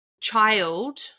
child